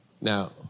Now